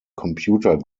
computer